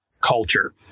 culture